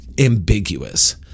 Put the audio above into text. ambiguous